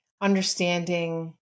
understanding